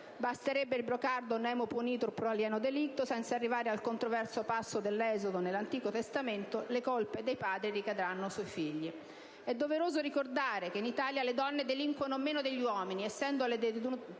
Basterebbe il brocardo *Nemo punitur pro alieno delicto,* senza arrivare al controverso passo dell'Esodo nell'Antico Testamento che parla di colpe dei padri che ricadranno sui figli. È doveroso ricordare che in Italia le donne delinquono meno degli uomini, essendo le detenute